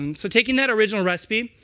and so taking that original recipe,